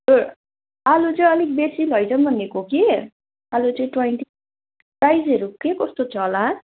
त्यो आलु चाहिँ अलिक बेसी लैजाउँ भनेको कि आलु चाहिँ ट्वेन्टी प्राइसहरू के कस्तो छ होला